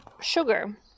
sugar